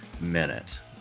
minute